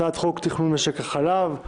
הצעת חוק תכנון משק החלב,